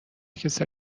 کسل